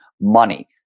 money